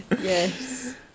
Yes